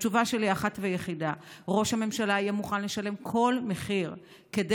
התשובה שלי היא אחת ויחידה: ראש הממשלה יהיה מוכן לשלם כל מחיר כדי